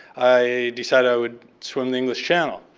i decided i would swim the english channel.